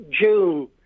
June